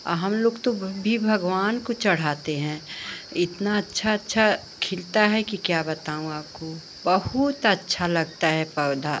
और हमलोग तो भी भगवान को चढ़ाते हैं इतना अच्छा अच्छा खिलता है कि क्या बताऊँ आपको बहुत अच्छा लगता है पौधा